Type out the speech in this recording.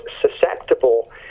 susceptible